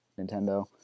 Nintendo